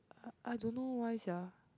uh I don't know why sia